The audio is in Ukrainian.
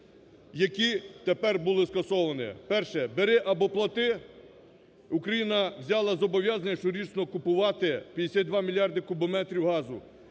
які тепер були скасовані. Перше, "бери, або плати", Україна взяла зобов'язання щорічно купувати 52 мільярди кубометрів газу.